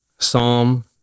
Psalm